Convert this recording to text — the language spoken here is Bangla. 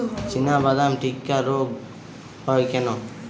চিনাবাদাম টিক্কা রোগ হয় কেন?